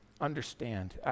understand